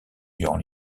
durant